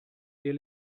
der